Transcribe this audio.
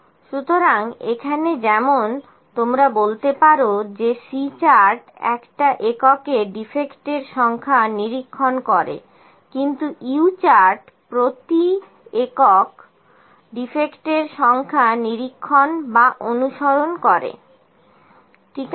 সুতরাং এখানে যেমন তোমরা বলতে পারো যে C চার্ট একটা এককে ডিফেক্টের সংখ্যা নিরীক্ষণ করে কিন্তু U চার্ট একক প্রতি ডিফেক্টের সংখ্যা নিরীক্ষণ বা অনুসরণ করে ঠিক আছে